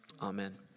amen